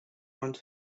runs